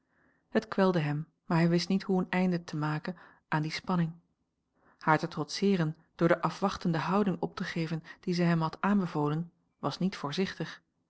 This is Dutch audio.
het kwelde hem maar hij wist niet hoe een eind te maken aan die spanning haar te trotseeren door de afwachtende houding op te geven die zij hem had aanbevolen was niet voorzichtig